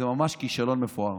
זה ממש כישלון מפואר.